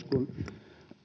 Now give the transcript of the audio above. kun